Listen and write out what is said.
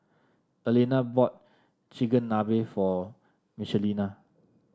Elena bought Chigenabe for Michelina